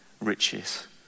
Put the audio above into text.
riches